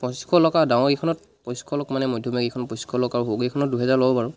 পঁচিছশ লওক আৰু ডাঙৰকেইখনত পঁচিছশ লওক মানে মধ্যমীয়াকেইখনত পঁচিছশ লওক আৰু সৰুকেইখনত দুহেজাৰ ল'ব বাৰু